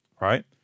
right